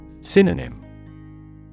Synonym